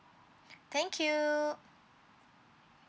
thank you